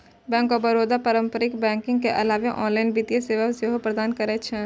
bank of Baroda पारंपरिक banking के अलावे ऑनलाइन वित्तीय सेवा सेहो प्रदान करै छै